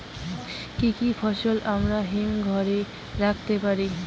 কি কি ফসল আমরা হিমঘর এ রাখতে পারব?